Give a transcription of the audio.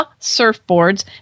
surfboards